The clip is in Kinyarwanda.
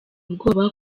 ubwoba